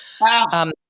Wow